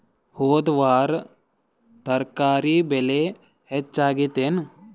ಹೊದ ವಾರ ತರಕಾರಿ ಬೆಲೆ ಹೆಚ್ಚಾಗಿತ್ತೇನ?